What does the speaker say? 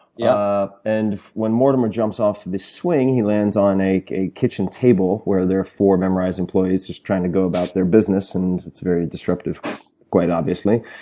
yeah. and when mortimer jumps off the swing, he lands on a a kitchen table where there were four memrise employees just trying to go about their business and it's very disruptive quite obviously.